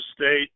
State